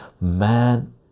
man